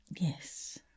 Yes